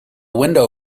window